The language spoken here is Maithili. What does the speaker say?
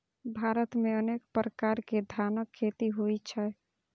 भारत मे अनेक प्रकार के धानक खेती होइ छै